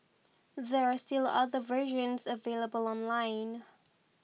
there are still other versions available online